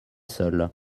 seuls